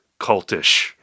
cultish